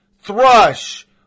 Thrush